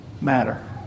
matter